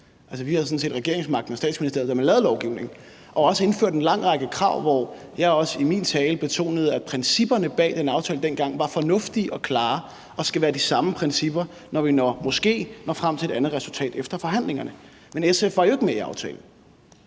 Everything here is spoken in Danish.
set regeringsmagten og Statsministeriet, da man lavede lovgivningen, og indførte også en lang række krav, hvortil jeg også i min tale betonede, at principperne bag den aftale dengang var fornuftige og klare og skal være de samme principper, når vi måske når frem til et andet resultat efter forhandlingerne. Men SF var jo ikke med i aftalen.